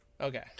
Okay